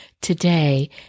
today